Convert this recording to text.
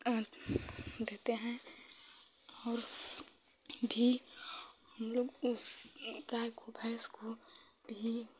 और देते हैं और भी हमलोग उस गाय को भैँस को भी